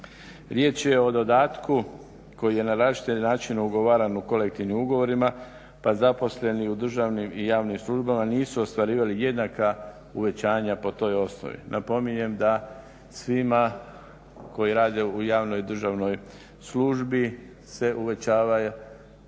Riječ je dodatku koji je na različite načine ugovaran u kolektivnim ugovorima, pa zaposleni u državnim i javnim službama nisu ostvarivali jednaka uvećanja po toj osnovi. Napominjem da svima koji rade u javnoj državnoj službi se uvećava